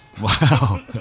Wow